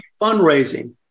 fundraising